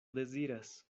deziras